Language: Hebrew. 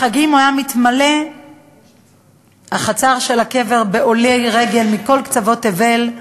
בחגים הייתה מתמלאת החצר של הקבר בעולי רגל מכל קצוות תבל,